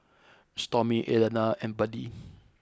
Stormy Alayna and Buddy